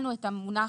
באמת ביטלנו את המונח